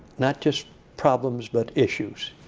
not just problems, but issues.